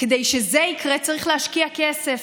כדי שזה יקרה צריך להשקיע כסף,